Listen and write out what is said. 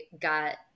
got